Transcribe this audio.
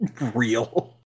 Real